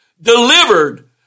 Delivered